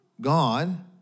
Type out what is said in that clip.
God